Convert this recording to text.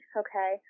okay